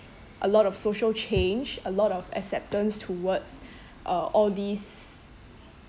a lot of social change a lot of acceptance towards uh all these